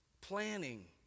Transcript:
planning